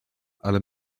ale